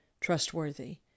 trustworthy